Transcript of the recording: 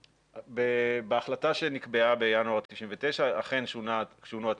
בהחלטה שנקבעה בינואר 99' אכן שונו התנאים,